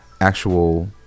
actual